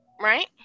right